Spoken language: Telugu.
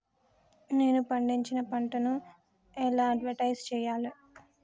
నేను పండించిన పంటను ఎలా అడ్వటైస్ చెయ్యాలే?